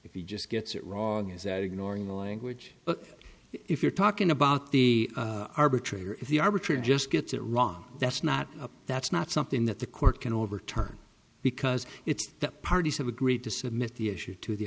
you just gets it wrong is that ignoring the language but if you're talking about the arbitrator if the arbitrator just gets it wrong that's not that's not something that the court can overturn because it's the parties have agreed to submit the issue to the